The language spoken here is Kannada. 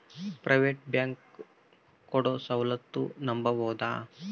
ಪ್ರೈವೇಟ್ ಬ್ಯಾಂಕ್ ಕೊಡೊ ಸೌಲತ್ತು ನಂಬಬೋದ?